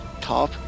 top